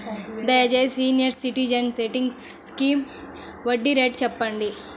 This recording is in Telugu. దయచేసి సీనియర్ సిటిజన్స్ సేవింగ్స్ స్కీమ్ వడ్డీ రేటు చెప్పండి